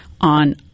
on